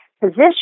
position